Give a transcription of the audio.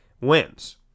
wins